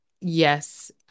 Yes